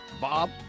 Bob